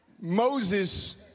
Moses